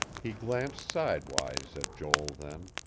he glanced sidewise at joel then,